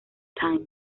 times